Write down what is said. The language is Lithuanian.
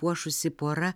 puošusi pora